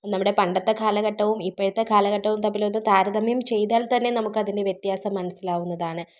നമ്മുടെ പണ്ടത്തെ കാലഘട്ടവും ഇപ്പോഴത്തെ കാലഘട്ടവും തമ്മിലൊന്ന് താരതമ്യം ചെയ്താൽ തന്നെ നമുക്കതിൻ്റെ വ്യത്യാസം മനസ്സിലാവുന്നതാണ്